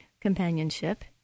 companionship